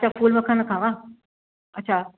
अछा फूल मखाना खावां अछा